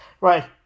Right